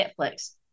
Netflix